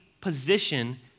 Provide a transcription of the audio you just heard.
position